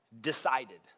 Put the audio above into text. Decided